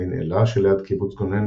עין אלה שליד קיבוץ גונן,